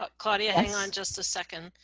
ah claudia. hang on just a second.